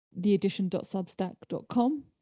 theedition.substack.com